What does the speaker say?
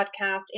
podcast